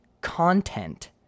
content